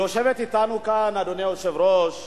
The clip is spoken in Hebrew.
יושבת אתנו כאן, אדוני היושב-ראש,